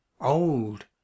old